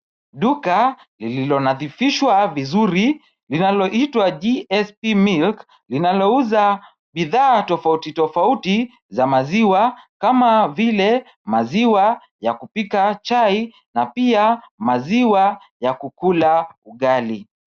Duka, lililonadhifishwa vizuri, linaloitwa GSP-Milk, linalouza bidhaa tofauti tofauti za maziwa kama vile maziwa ya kupika chai na pia maziwa ya kukula ugali.